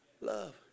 love